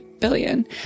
billion